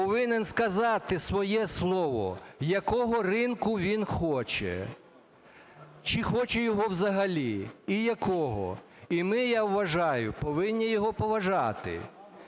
повинен сказати своє слово, якого ринку він хоче, чи хоче його взагалі і якого. І ми, я вважаю, повинні його поважати.